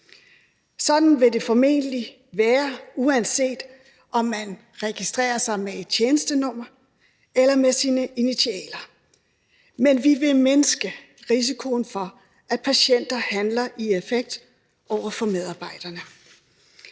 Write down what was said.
Sådan vil det formentlig være, uanset om man registrerer sig med et tjenestenummer eller med sine initialer, men vi vil mindske risikoen for, at patienter handler i affekt over for medarbejderne.